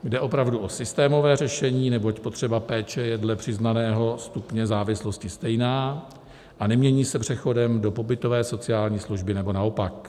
Jde opravdu o systémové řešení, neboť potřeba péče je dle přiznaného stupně závislosti stejná a nemění se přechodem do pobytové sociální služby nebo naopak.